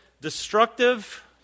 destructive